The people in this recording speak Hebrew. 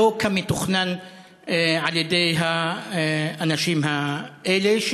שלא כמתוכנן על-ידי האנשים האלה,